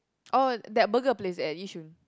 oh that burger place at Yishun